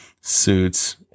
suits